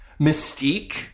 Mystique